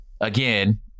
again